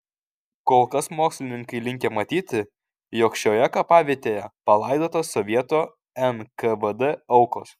kol kas mokslininkai linkę matyti jog šioje kapavietėje palaidotos sovietų nkvd aukos